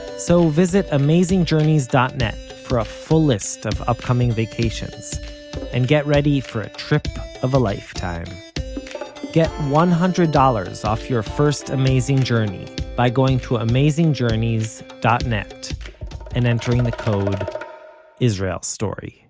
so visit amazingjourneys dot net for a full list of upcoming vacations and get ready for a trip of a lifetime get one hundred dollars off your first amazing journey by going to amazingjourneys dot net and entering the code israel story.